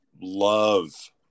love